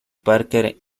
parker